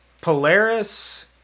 Polaris